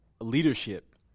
leadership